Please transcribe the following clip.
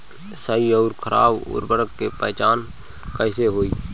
सही अउर खराब उर्बरक के पहचान कैसे होई?